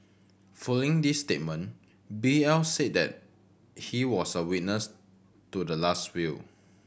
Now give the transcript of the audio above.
following this statement B L said that he was a witness to the last will